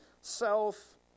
self